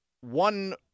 one